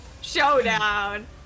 Showdown